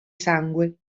sangue